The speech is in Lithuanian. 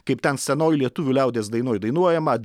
kaip ten senoj lietuvių liaudies dainoj dainuojama